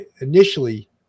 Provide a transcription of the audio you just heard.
initially